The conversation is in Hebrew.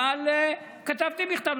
אבל כתבתי מכתב.